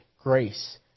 grace